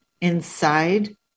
inside